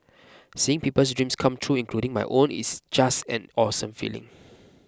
seeing people's dreams come true including my own it's just an awesome feeling